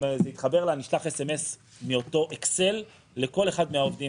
נשלח סמס מאותו אקסל לכל אחד מהעובדים.